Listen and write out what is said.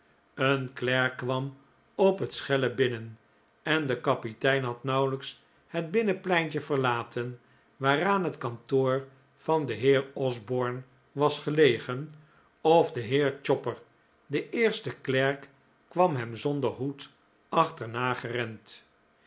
een klerk kwam op het schellen binnen en de kapitein had nauwelijks het binnenpleintje verlaten waaraan het kantoor van den heer osborne was gelegen of de heer chopper de eerste klerk kwam hem zonder hoed achterna gerend